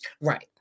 Right